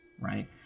right